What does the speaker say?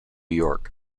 york